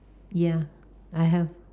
ya I have